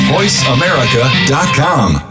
VoiceAmerica.com